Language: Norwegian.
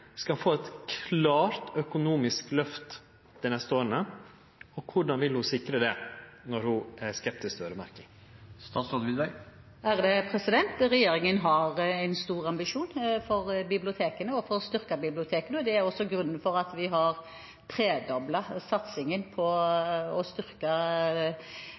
skal få eit klart økonomisk løft dei neste åra? Korleis vil ho sikre det når ho er skeptisk til øyremerking? Regjeringen har en stor ambisjon for bibliotekene og for å styrke dem. Det er også grunnen til at vi har tredoblet satsingen på